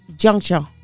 Juncture